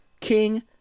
King